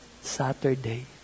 Saturday